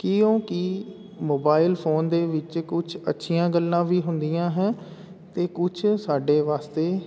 ਕਿਉਂਕਿ mobile phone ਦੇ ਵਿੱਚ ਕੁਛ ਅੱਛੀਆਂ ਗੱਲਾਂ ਵੀ ਹੁੰਦੀਆਂ ਹੈ ਅਤੇ ਕੁਛ ਸਾਡੇ ਵਾਸਤੇ